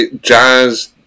Jazz